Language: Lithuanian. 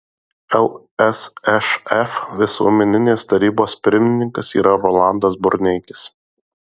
lsšf visuomeninės tarybos pirmininkas yra rolandas burneikis